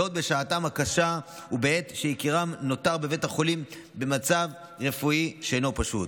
וזאת בשעתם הקשה ובעת שיקירם נותר בבית החולים במצב רפואי שאינו פשוט.